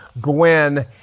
Gwen